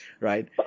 right